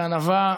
בענווה,